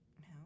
No